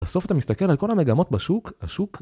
בסוף, אתה מסתכל על כל המגמות בשוק, השוק...